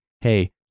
Hey